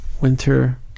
winter